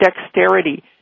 dexterity